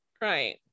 Right